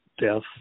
death